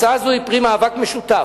הצעה זו היא פרי מאבק משותף